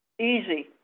easy